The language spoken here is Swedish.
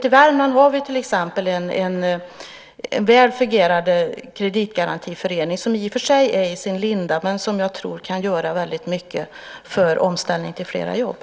I Värmland finns det en väl fungerande kreditgarantiförening, som i och för sig är i sin linda men som jag tror kan göra mycket för omställningen till flera jobb.